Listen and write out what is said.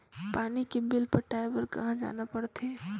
पानी के बिल पटाय बार कहा जाना पड़थे?